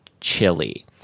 chili